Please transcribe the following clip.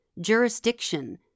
jurisdiction